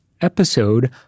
episode